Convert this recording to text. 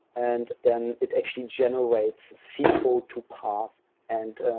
and then it actually generates c code to parse. and